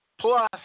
plus